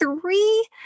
three